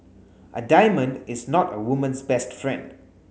a diamond is not a woman's best friend